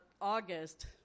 august